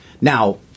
Now